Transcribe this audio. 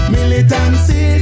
Militancy